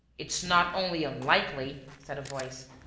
it's not only unlikely, said a voice,